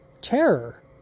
terror